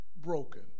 broken